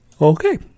Okay